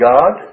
God